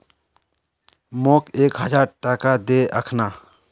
मोक एक हजार टका दे अखना